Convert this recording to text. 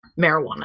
marijuana